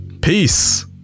peace